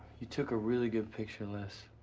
you took a really good picture, les.